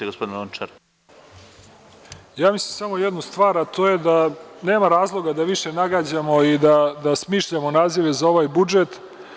Ja mislim samo jednu stvar, a to je da nema razloga da više nagađamo i da smišljamo nazive za ovaj budžet.